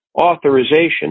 authorization